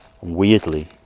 Weirdly